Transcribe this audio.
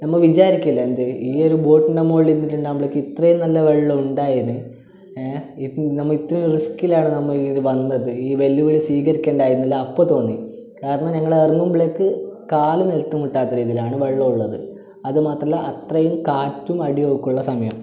നമ്മൾ വിചാരിക്കില്ല എന്ത് ഈ ഒരു ബോട്ടിൻ്റെ മോളിൽ നിന്നിട്ടുണ്ടെങ്കിൽ നമുക്ക് ഇത്രയും നല്ല വെള്ളം ഉണ്ടായെന്ന് ഏ ഇപ്പോൾ നമ്മൾ ഇത്ര റിസ്ക്കിലാണ് നമ്മ വന്നത് ഈ വെല്ല് വിളി സീകരിക്ക്ണ്ടായ്ന്നില്ല അപ്പം തോന്നി കാരണം ഞങ്ങൾ എറങ്ങുമ്പളേക്ക് കാൽ നിലത്ത് മുട്ടാത്ത രീതിയിലാണ് വെള്ളം ഉള്ളത് അത് മാത്രമല്ല അത്രയും കാറ്റും അടി ഒഴുക്കുള്ള സമയമാണ്